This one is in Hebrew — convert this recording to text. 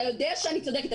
אתה יודע שאני צודקת.